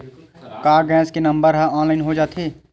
का गैस के नंबर ह ऑनलाइन हो जाथे?